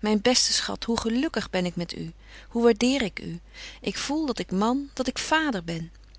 myn beste schat hoe gelukkig ben ik met u hoe waardeer ik u ik voel dat ik man dat ik vader ben